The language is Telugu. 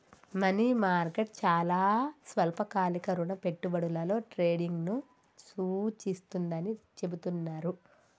మనీ మార్కెట్ చాలా స్వల్పకాలిక రుణ పెట్టుబడులలో ట్రేడింగ్ను సూచిస్తుందని చెబుతున్నరు